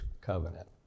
covenant